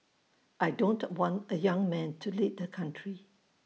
I don't want A young man to lead the country